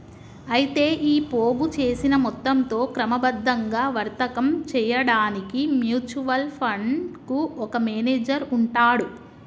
అయితే ఈ పోగు చేసిన మొత్తంతో క్రమబద్ధంగా వర్తకం చేయడానికి మ్యూచువల్ ఫండ్ కు ఒక మేనేజర్ ఉంటాడు